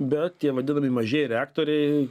bet tie vadinami mažieji reaktoriai